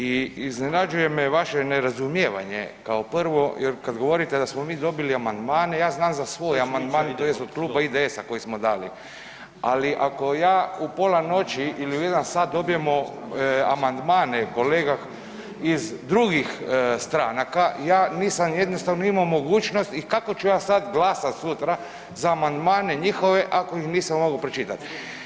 I iznenađuje me vaše nerazumijevanje kao prvo jer kada govorite da smo mi dobili amandmane, ja znam za svoj amandman tj. od kluba IDS-a smo dali, ali ako ja u pola noći ili u jedan sat dobijem amandmane kolega iz drugih stranaka ja nisam jednostavno imao mogućnosti i kako ću ja sada glasati sutra za amandmane njihove ako ih nisam mogao pročitati.